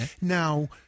Now